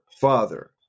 Father